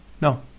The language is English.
No